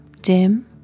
dim